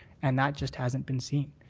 and that just hasn't been seen.